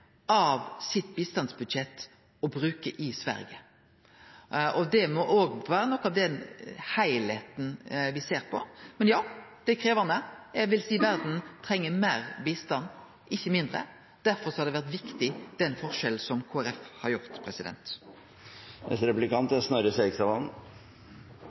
bistandsbudsjettet sitt og brukar det i Sverige. Det må òg vere ein del av den heilskapen me ser på. Men ja, det er krevjande. Verda treng meir bistand – ikkje mindre. Derfor har den forskjellen som Kristeleg Folkeparti har gjort, vore viktig. Representanten Hareide har